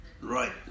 right